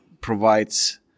provides